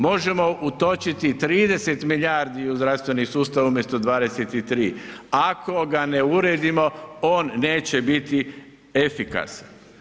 Možemo utočiti 30 milijardi u zdravstveni sustav umjesto 23, ako ga ne uredimo on neće biti efikasan.